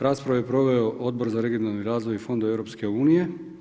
Raspravu je proveo Odbor za regionalni razvoj i fondove Europske unije.